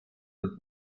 und